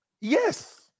yes